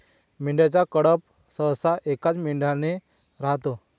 मेंढ्यांचा कळप सहसा एकाच मेंढ्याने राहतो